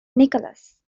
nicholas